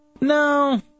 No